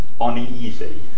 uneasy